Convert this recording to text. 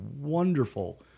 wonderful